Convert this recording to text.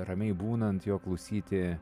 ramiai būnant jo klausyti